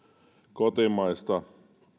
kotimaista